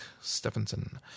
Stephenson